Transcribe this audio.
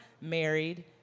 married